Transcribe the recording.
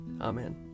Amen